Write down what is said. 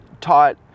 taught